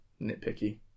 nitpicky